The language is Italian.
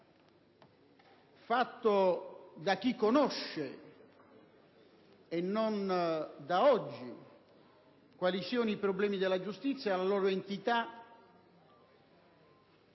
fatto da chi conosce, e non da oggi, quali sono i problemi della giustizia, la loro entità.